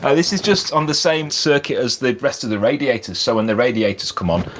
so this is just on the same circuit as the rest of the radiators. so when the radiators come on,